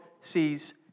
sees